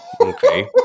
Okay